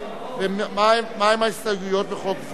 מהן ההסתייגויות בחוק זה?